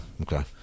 okay